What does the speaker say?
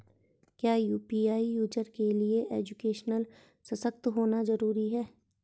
क्या UPI user के लिए एजुकेशनल सशक्त होना जरूरी है?